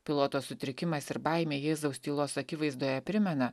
piloto sutrikimas ir baimė jėzaus tylos akivaizdoje primena